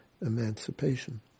emancipation